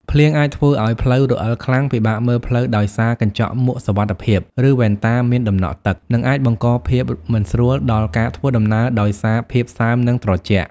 ភ្លៀងអាចធ្វើឱ្យផ្លូវរអិលខ្លាំង ពិបាកមើលផ្លូវដោយសារកញ្ចក់មួកសុវត្ថិភាព ឬវ៉ែនតាមានដំណក់ទឹក និងអាចបង្កភាពមិនស្រួលដល់ការធ្វើដំណើរដោយសារភាពសើម និងត្រជាក់។